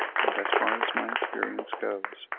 and as far as my experience goes,